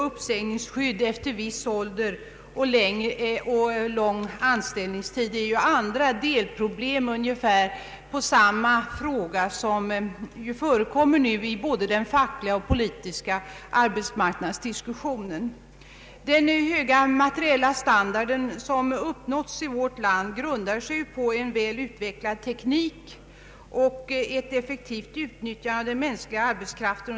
Uppsägningsskyddet med hänsyn till ålder och anställningstid är ju ett annat av delproblemen på arbetsmarknaden som förekommer i både den fackliga och den politiska diskussionen. Den höga materiella standard som uppnåtts i vårt land grundas på effektivt utnyttjande av tekniken och den mänskliga arbetskraften.